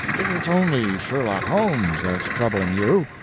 if it's only sherlock holmes that's troubling you,